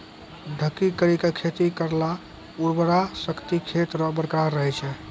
ढकी करी के खेती करला उर्वरा शक्ति खेत रो बरकरार रहे छै